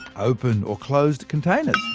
open or closed containers,